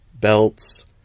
Belts